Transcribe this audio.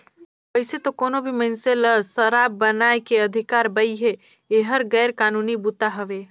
वइसे तो कोनो भी मइनसे ल सराब बनाए के अधिकार बइ हे, एहर गैर कानूनी बूता हवे